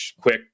quick